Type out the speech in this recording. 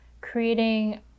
creating